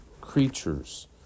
creatures